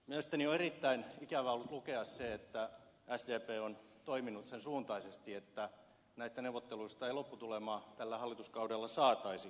mielestäni on erittäin ikävää ollut lukea se että sdp on toiminut sen suuntaisesti että näistä neuvotteluista ei lopputulemaa tällä hallituskaudella saataisi